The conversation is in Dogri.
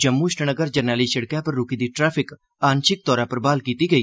जम्मू श्रीनगर जरनैली सिड़कै पर रुकी दी ट्रैफिक आंशिक तौर पर ब्हाल कीती गेई